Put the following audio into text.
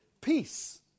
peace